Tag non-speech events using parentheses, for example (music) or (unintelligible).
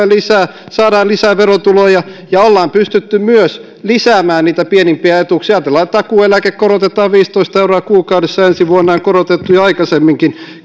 (unintelligible) lisää saadaan lisää verotuloja ja ollaan pystytty myös lisäämään niitä pienimpiä etuuksia ajatellaan että takuueläkettä korotetaan viisitoista euroa kuukaudessa ensi vuonna ja on korotettu jo aikaisemminkin (unintelligible)